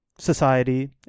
Society